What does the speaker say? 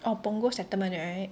orh Punggol settlement right